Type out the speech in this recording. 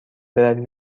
بروی